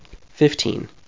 Fifteen